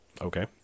Okay